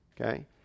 Okay